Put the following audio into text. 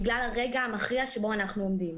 בגלל הרגע המכריע שבו אנחנו עומדים.